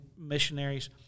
missionaries